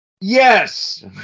Yes